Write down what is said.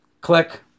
Click